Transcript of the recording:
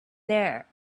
there